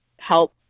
help